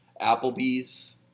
Applebee's